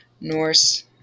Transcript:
Norse